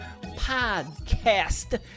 Podcast